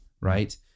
right